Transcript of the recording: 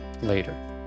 later